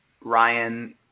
Ryan